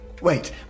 Wait